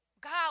God